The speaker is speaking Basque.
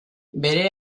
bere